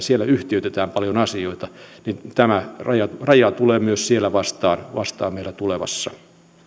siellä yhtiöitetään paljon asioita tämä raja tulee myös siellä vastaan vastaan meillä tulevassa